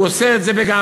הוא עושה את זה בגאווה.